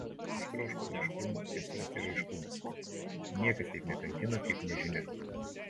aš troškau aiškumo tiesos ir aiškumo niekas taip nekankina kaip nežinia